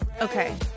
okay